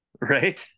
Right